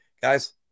Guys